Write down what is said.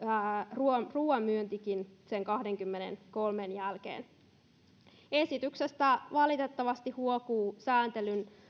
ruoan ruoan myyntikin sen kahdenkymmenenkolmen jälkeen niin esityksestä valitettavasti huokuu sääntelyn